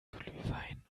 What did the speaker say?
glühwein